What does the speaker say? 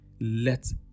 let